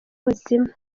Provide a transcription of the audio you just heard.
muzima